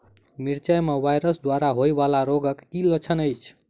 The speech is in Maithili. मिरचाई मे वायरस द्वारा होइ वला रोगक की लक्षण अछि?